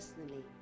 personally